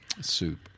soup